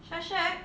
但是